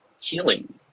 healing